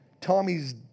Tommy's